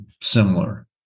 similar